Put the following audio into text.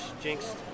Jinxed